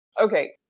Okay